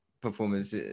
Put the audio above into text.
performance